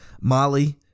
Molly